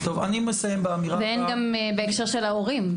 ואין גם בהקשר של ההורים.